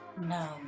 No